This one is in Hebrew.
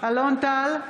אלון טל,